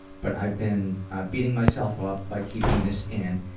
but i've been beating myself up by keeping this in,